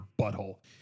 butthole